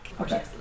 Okay